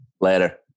later